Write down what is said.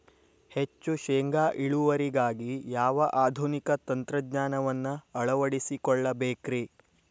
ಹೆಚ್ಚು ಶೇಂಗಾ ಇಳುವರಿಗಾಗಿ ಯಾವ ಆಧುನಿಕ ತಂತ್ರಜ್ಞಾನವನ್ನ ಅಳವಡಿಸಿಕೊಳ್ಳಬೇಕರೇ?